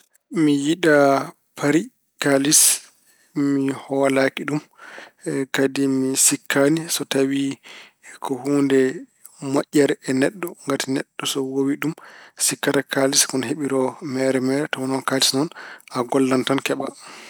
Mi yiɗaa pari kaalis, mi hoolaaki ɗum. Kadi mi sikkaani so tawi ko huunde moƴƴere e neɗɗo. Ngati so neɗɗo woowi ɗum sikkata kaalis ine heɓooro mehre mehre. Tawa noon kaalis noon, a gollan tan keɓa.